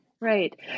right